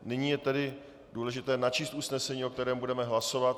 Nyní je důležité načíst usnesení, o kterém budeme hlasovat.